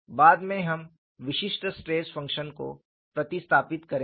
बाद में हम विशिष्ट स्ट्रेस फंक्शन को प्रतिस्थापित करेंगे